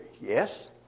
yes